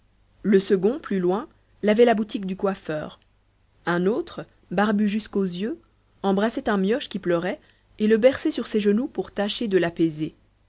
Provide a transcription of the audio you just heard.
le second plus loin lavait la boutique du coiffeur un autre barbu jusqu'aux yeux embrassait un mioche qui pleurait et le berçait sur ses genoux pour tâcher de l'apaiser